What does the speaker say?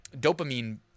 dopamine